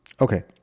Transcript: Okay